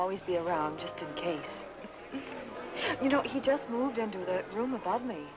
always be around to you know he just moved into the room above me